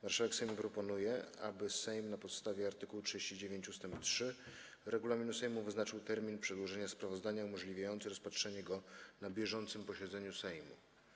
Marszałek Sejmu proponuje, aby Sejm, na podstawie art. 39 ust. 3 regulaminu Sejmu, wyznaczył termin przedłożenia sprawozdania umożliwiający rozpatrzenie go na bieżącym posiedzeniu Sejmu.